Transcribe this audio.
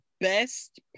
best